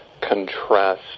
contrast